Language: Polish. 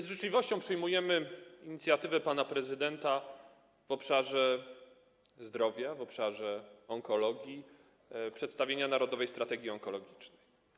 Z życzliwością przyjmujemy inicjatywę pana prezydenta w obszarze zdrowia, w obszarze onkologii, dotyczącą przedstawienia Narodowej Strategii Onkologicznej.